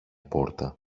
πόρτα